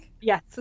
yes